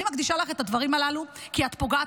אני מקדישה לך את הדברים הללו כי את פוגעת